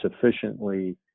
sufficiently